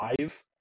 five